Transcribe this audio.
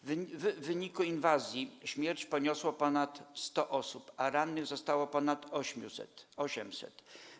W wyniku inwazji śmierć poniosło ponad 100 osób, a rannych zostało ponad 800.